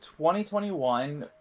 2021